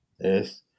Yes